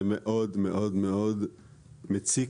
זה מאוד-מאוד מציק